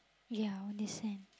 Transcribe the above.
ya only sand